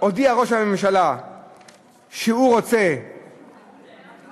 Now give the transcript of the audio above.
הודיע ראש הממשלה שהוא רוצה לדאוג